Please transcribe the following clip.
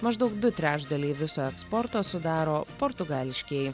maždaug du trečdaliai viso eksporto sudaro portugališkieji